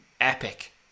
epic